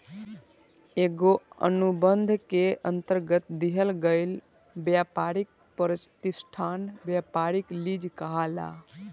एगो अनुबंध के अंतरगत दिहल गईल ब्यपारी प्रतिष्ठान ब्यपारिक लीज कहलाला